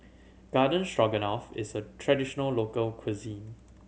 Garden Stroganoff is a traditional local cuisine